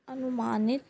ਅਨੁਮਾਨਿਤ